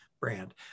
brand